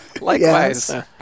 Likewise